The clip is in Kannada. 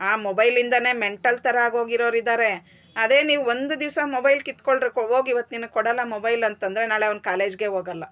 ಆ ಮೊಬೈಲಿಂದಲೇ ಮೆಂಟಲ್ ಥರ ಆಗಿ ಹೋಗಿರೋರು ಇದ್ದಾರೆ ಆದ್ರೆ ನೀವು ಒಂದು ದಿವ್ಸ ಮೊಬೈಲ್ ಕಿತ್ಕೊಂಡ್ರು ಹೋಗಿ ಹೋಗಿ ನಿನಗೆ ಕೊಡೋಲ್ಲ ಮೊಬೈಲು ಅಂತಂದ್ರೆ ನಾಳೆ ಅವ್ನು ಕಾಲೇಜ್ಗೆ ಹೋಗೋಲ್ಲ